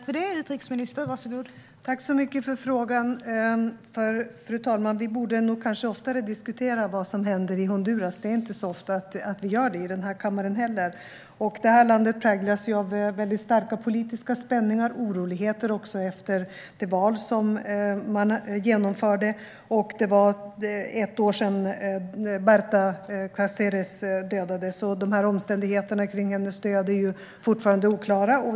Fru talman! Tack så mycket för frågan, Marco Venegas! Vi borde kanske oftare diskutera vad som händer i Honduras - det är inte så ofta vi gör det i den här kammaren. Honduras präglas av väldigt starka politiska spänningar och även oroligheter efter det val som man genomförde. Det var som sagt ett år sedan Berta Cáceres dödades, och omständigheterna kring hennes död är fortfarande oklara.